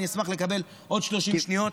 אני אשמח לקבל עוד 30 שניות.